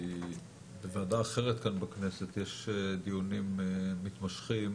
בוועדה אחרת כאן בכנסת יש דיונים מתמשכים